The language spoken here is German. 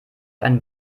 einen